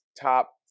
top